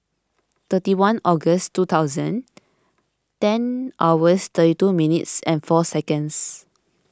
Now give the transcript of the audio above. thirty one August two thousand ten hours thirty two minutes four seconds